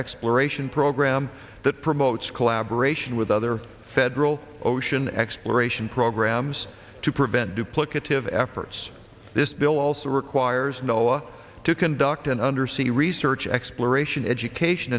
exploration program that promotes collaboration with other federal ocean exploration programs to prevent duplicative efforts this bill also requires knowing to conduct an undersea research exploration education